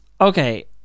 Okay